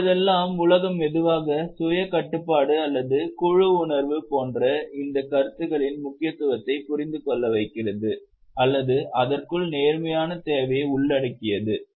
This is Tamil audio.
இப்போதெல்லாம் உலகம் மெதுவாக சுய கட்டுப்பாடு அல்லது குழு உணர்வு போன்ற இந்த கருத்துகளின் முக்கியத்துவத்தை புரிந்து கொள்ள வைக்கிறது அல்லது அதற்குள் நேர்மையின் தேவையை உள்ளடக்கியது